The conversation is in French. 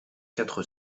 quatre